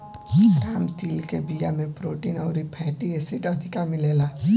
राम तिल के बिया में प्रोटीन अउरी फैटी एसिड अधिका मिलेला